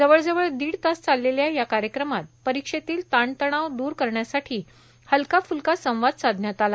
जवळजवळ दीडतास चाललेल्या या कार्यक्रमात परीक्षेतील ताणतणाव द्रर करण्यासाठी हलकाफ्लका संवाद साधण्यात आला